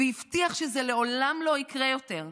והבטיח שזה לעולם לא יקרה יותר.